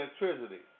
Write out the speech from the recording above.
electricity